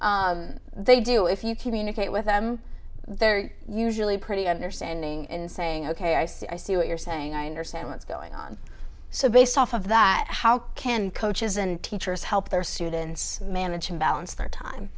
they do if you communicate with them they're usually pretty understanding in saying ok i see i see what you're saying i understand what's going on so based off of that how can the coaches and teachers help their students manage and balance their time